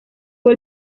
fue